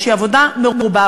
שהיא עבודה מרובה,